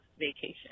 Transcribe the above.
vacation